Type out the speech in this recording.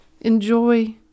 enjoy